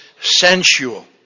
sensual